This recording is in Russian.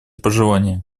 пожелание